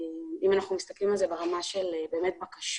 אם אנחנו מסתכלים על זה ברמה של בקשות.